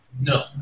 No